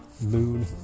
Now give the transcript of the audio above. moon